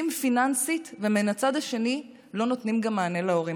פיננסית ומן הצד השני לא נותנים גם מענה להורים.